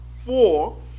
four